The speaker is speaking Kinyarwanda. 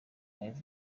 alves